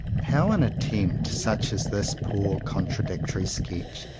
how an attempt, such as this poor con tradictory sketch,